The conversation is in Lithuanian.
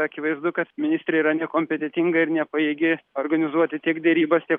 akivaizdu kad ministrė yra nekompetetinga ir nepajėgi organizuoti tiek derybas tiek